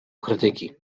krytyki